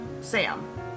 Sam